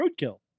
Roadkill